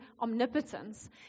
omnipotence